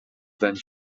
than